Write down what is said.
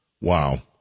Wow